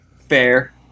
fair